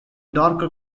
darker